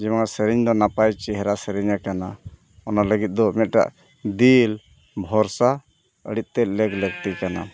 ᱡᱮ ᱱᱚᱣᱟ ᱥᱮᱨᱮᱧ ᱫᱚ ᱱᱟᱯᱟᱭ ᱪᱮᱦᱨᱟ ᱥᱮᱨᱮᱧ ᱟᱠᱟᱱᱟ ᱚᱱᱟ ᱞᱟᱹᱜᱤᱫ ᱫᱚ ᱢᱤᱫᱴᱟᱝ ᱫᱤᱞ ᱵᱷᱚᱨᱥᱟ ᱟᱹᱰᱤ ᱛᱮᱫ ᱞᱮᱠ ᱞᱟᱹᱠᱛᱤ ᱠᱟᱱᱟ